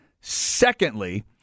Secondly